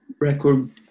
record